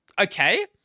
okay